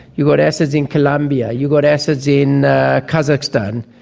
you've got assets in colombia, you've got assets in kazakhstan.